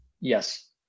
Yes